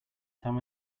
time